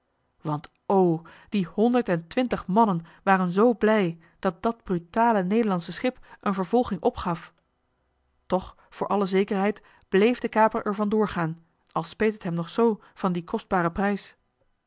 want o die honderd-en-twintig mannen waren zoo blij dat dat brutale nederlandsche schip een vervolging opgaf toch voor alle zekerheid blééf de kaper er van door gaan al speet het hem nog zoo van dien kostbaren prijs